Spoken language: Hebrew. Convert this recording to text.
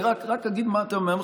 אני רק אגיד מה אתה אומר.